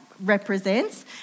represents